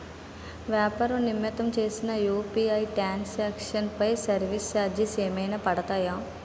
వ్యాపార నిమిత్తం చేసిన యు.పి.ఐ ట్రాన్ సాంక్షన్ పై సర్వీస్ చార్జెస్ ఏమైనా పడతాయా?